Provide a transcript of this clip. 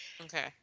Okay